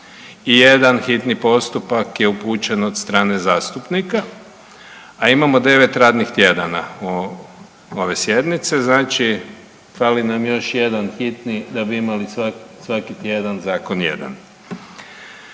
i jedan hitni postupak je upućen od strane zastupnika, a imamo 9 radnih tjedana ove sjednice. Znači, fali nam još jedan hitni da bi imali svaki tjedan zakon